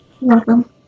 Welcome